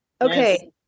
okay